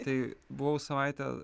tai buvau savaitę